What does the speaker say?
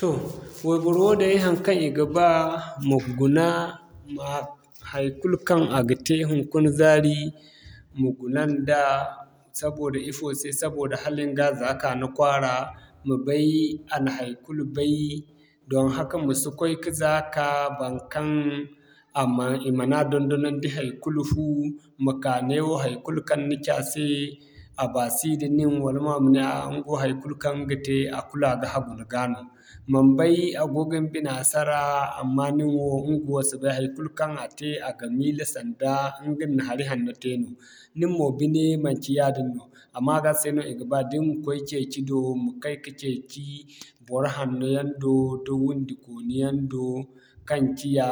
Toh wayboro woo day haŋkaŋ i ga ba, ma guna haikulu kaŋ a ga te hinkuna zaari, ma guna nda saboda ifo se saboda hala ni ga zaaka ni kwaara, ma bay a na haikulu bay doŋ haka ma si koy ka zaka baŋkaŋ aman i ma na dondonandi haikulu fu ma ka neewo haikulu kaŋ ni ci a se a baasi da nin wala mo a ma ne a'a ɲgawo haikulu kaŋ ɲga te a kulu a ga hagu nda ga nooya. Man bay a go ga ni bina sara, amma nin wo ɲgawo si bay haikulu kaŋ a te a ga miila sanda ɲga na hari hanno te no. Nin mo bine manci yaadin no a maga se no i ga ba da ni ga koy ceeci do ma kay ka ni ceeci bor hanno yaŋ do, da wundi kooni yaŋ do kaŋ ciya